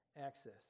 Access